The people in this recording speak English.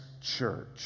church